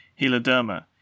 Heloderma